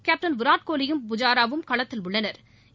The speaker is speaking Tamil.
கேப்டன் விராட்கோலியும் புஜாரா வும் களத்தில் உள்ளனா்